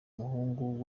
umuhungu